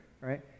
right